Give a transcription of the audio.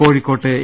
കോഴിക്കോട്ട് എ